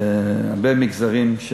בהרבה מגזרים,